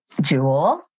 Jewel